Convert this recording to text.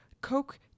Coke